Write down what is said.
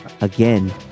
Again